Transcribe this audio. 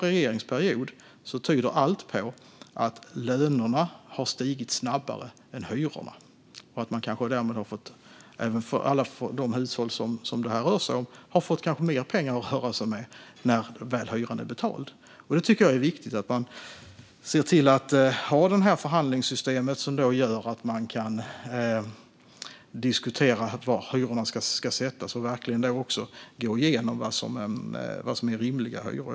Allt tyder på att lönerna har stigit snabbare än hyrorna under vår regeringsperiod, och alla hushåll som detta rör sig om har därmed kanske fått mer pengar att röra sig med när väl hyran är betald. Jag tycker att det är viktigt att se till att ha det här förhandlingssystemet, som gör att man kan diskutera var hyrorna ska sättas och verkligen gå igenom vad som är rimliga hyror.